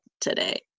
today